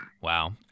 Wow